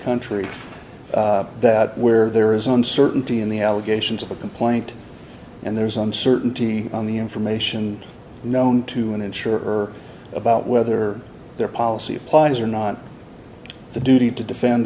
country that where there is uncertainty in the allegations of the complaint and there's uncertainty on the information known to an insurer about whether their policy applies or not the duty to defend